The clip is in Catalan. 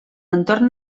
entorn